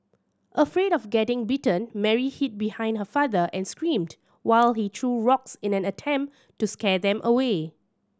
afraid of getting bitten Mary hid behind her father and screamed while he threw rocks in an attempt to scare them away